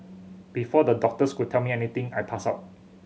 before the doctors could tell me anything I passed out